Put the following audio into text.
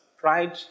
pride